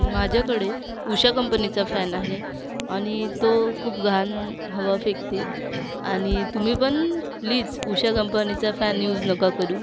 माझ्याकडे उषा कंपनीचा फॅन आहे आणि तो खूप घाण हवा फेकते आणि तुम्ही पण प्लिज उषा कंपनीचा फॅन यूज नका करू